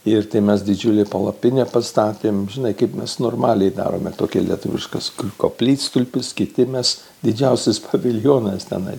ir tai mes didžiulę palapinę pastatėm žinai kaip mes normaliai darome tokią lietuviškas koplytstulpis kiti mes didžiausias paviljonas tenais